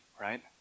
right